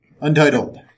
Untitled